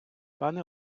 пане